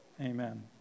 Amen